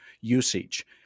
usage